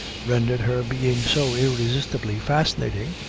rendered her being so irresistibly fascinating,